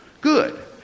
Good